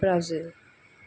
आणि ब्राजील